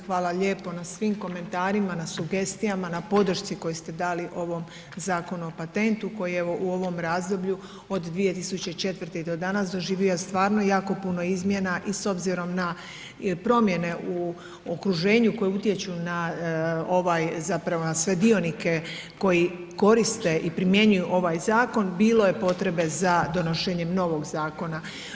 Hvala lijepo na svim komentarima, na sugestijama, na podršci koju ste dali ovom Zakonu o patentu koji je u ovom razdoblju od 2004. do danas doživio stvarno jako puno izmjena i s obzirom na promjene u okruženju koje utječu na ovaj, zapravo na sve dionike koji koriste i primjenjuju ovaj zakon bilo je potrebe za donošenjem novog zakona.